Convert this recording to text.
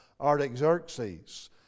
Artaxerxes